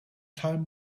time